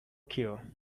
cure